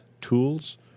tools